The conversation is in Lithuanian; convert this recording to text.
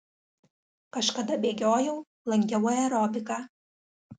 kažkada bėgiojau lankiau aerobiką